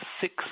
six